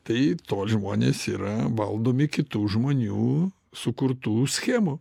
tai tol žmonės yra valdomi kitų žmonių sukurtų schemų